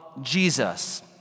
Jesus